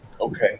Okay